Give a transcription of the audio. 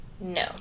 No